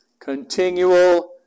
continual